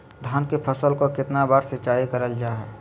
धान की फ़सल को कितना बार सिंचाई करल जा हाय?